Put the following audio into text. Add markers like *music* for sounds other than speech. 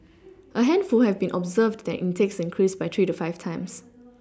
a handful have even observed their intakes increase by three to five times *noise*